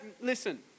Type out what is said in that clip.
Listen